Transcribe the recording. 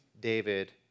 David